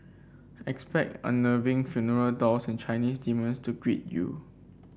expect unnerving funeral dolls and Chinese demons to greet you